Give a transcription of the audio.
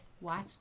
watch